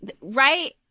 right